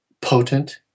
potent